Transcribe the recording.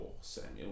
Samuel